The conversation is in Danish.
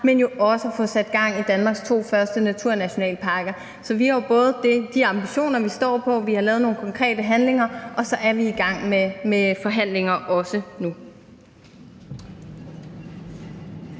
men jo også at få sat gang i Danmarks to første naturnationalparker. Så vi har jo både de ambitioner, vi står på, vi har lavet nogle konkrete handlinger, og så er vi i gang med forhandlinger, også nu.